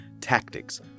Tactics